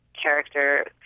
character